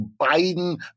Biden